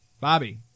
Bobby